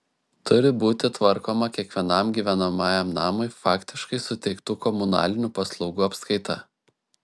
turi būti tvarkoma kiekvienam gyvenamajam namui faktiškai suteiktų komunalinių paslaugų apskaita